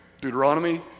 Deuteronomy